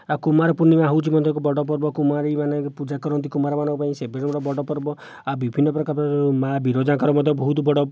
ଆଉ କୁମାରପୂର୍ଣ୍ଣିମା ହେଉଛି ମଧ୍ୟ ଏକ ବଡ଼ ପର୍ବ କୁମାରୀମାନେ ପୂଜା କରନ୍ତି କୁମାରମାନଙ୍କ ପାଇଁ ସେ ବି ଗୋଟିଏ ବଡ଼ ପର୍ବ ଆଉ ବିଭିନ୍ନ ପ୍ରକାର ମା' ବିରଜାଙ୍କର ମଧ୍ୟ ବହୁତ ବଡ଼